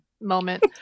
moment